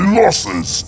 losses